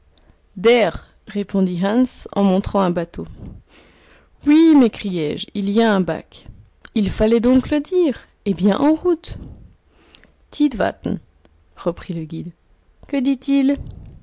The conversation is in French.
répondit hans en montrant un bateau oui m'écriai-je il y a un bac il fallait donc le dire eh bien en route tidvatten reprit le guide que dit-il